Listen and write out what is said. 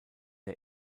der